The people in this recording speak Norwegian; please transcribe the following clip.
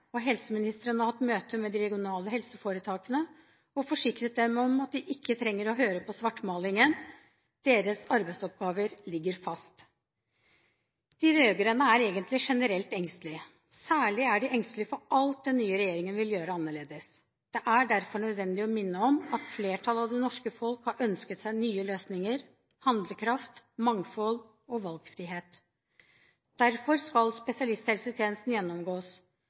og helseministeren har hatt møter med de regionale helseforetakene og forsikret dem om at de ikke trenger å høre på svartmalingen. Deres arbeidsoppgaver ligger fast. De rød-grønne er egentlig generelt engstelig. Særlig er de engstelige for alt den nye regjeringen vil gjøre annerledes. Det er derfor nødvendig å minne om at flertallet av det norske folk har ønsket seg nye løsninger, handlekraft, mangfold og valgfrihet. Derfor skal spesialisthelsetjenesten gjennomgås.